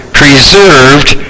preserved